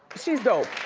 she's dope.